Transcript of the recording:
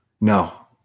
No